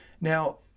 Now